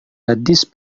gadis